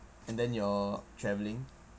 and then your travelling